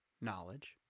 knowledge